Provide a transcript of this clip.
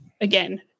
again